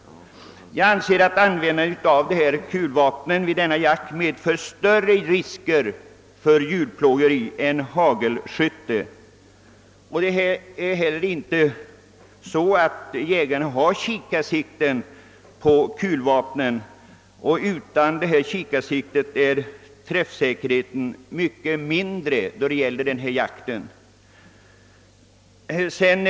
Jag anser emellertid att användandet av kulvapen vid denna jakt medför större risker för djurplågeri än vad hagelskytte gör. Det förhåller sig inte heller på det sättet att jägarna i allmänhet har kikarsikte på sina kulvapen, och utan kikarsikte är träffsäkerheten mycket mindre i denna jakt.